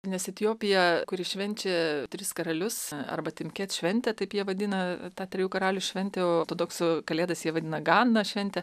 nes etiopija kuri švenčia tris karalius arba timket šventę taip jie vadina tą trijų karalių šventę ortodoksų kalėdas jie vadina ganna švente